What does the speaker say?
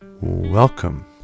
Welcome